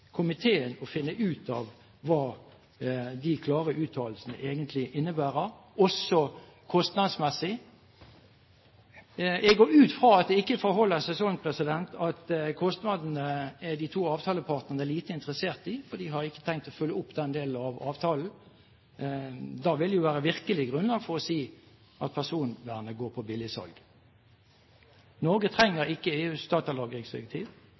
komiteen til å finne ut av hva de klare uttalelsene egentlig innebærer, også kostnadsmessig. Jeg går ut fra at det ikke forholder seg slik at kostnadene er de to avtalepartnerne lite interessert i, for de har ikke tenkt å følge opp den delen av avtalen. Da ville det virkelig være grunnlag for å si at personvernet går på billigsalg. Norge trenger ikke EUs datalagringsdirektiv.